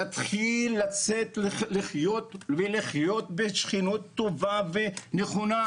להתחיל לצאת ולחיות בשכנות טובה ונכונה.